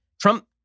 Trump